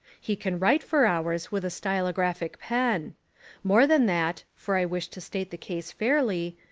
he can write for hours with a stylographic pen more than that, for i wish to state the case fairly,